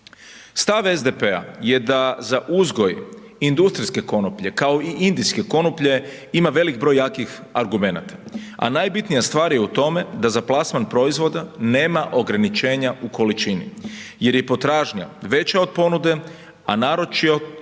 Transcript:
Stav SDP-a da za uzgoj industrijske konoplje, kao i indijske konoplje, ima velik broj jakih argumenata, a najbitnija stvar je u tome da za plasman proizvoda nema ograničenja u količini jer je potražnja veća od ponude, a naročito ekološki